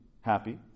happy